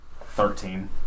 Thirteen